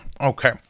Okay